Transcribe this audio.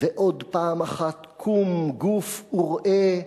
ועוד פעם אחת קום, גוף, וראה: